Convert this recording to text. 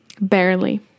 barely